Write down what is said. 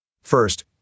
First